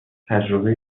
تجربه